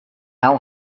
how